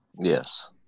Yes